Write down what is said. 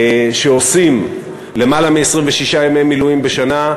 שעושים למעלה מ-26 ימי מילואים בשנה,